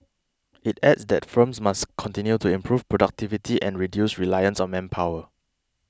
it added that firms must continue to improve productivity and reduce reliance on manpower